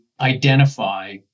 identify